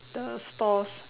the stalls